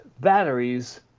batteries